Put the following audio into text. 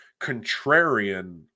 contrarian